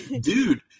dude